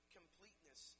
completeness